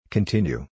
Continue